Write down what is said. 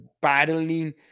battling